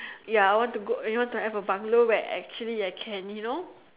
ya I want to go you know to have a bungalow where actually I can you know